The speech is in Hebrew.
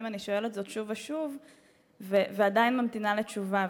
אני שואלת זאת שוב ושוב ועדיין ממתינה לתשובה,